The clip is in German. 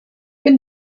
bin